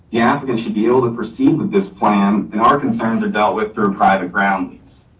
yeah applicant should be able to proceed with this plan. and our concerns are dealt with through private grounds.